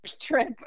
trip